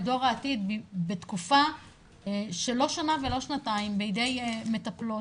את דור העתיד בתקופה של לא שנה ולא שנתיים בידי מטפלות,